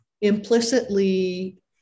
implicitly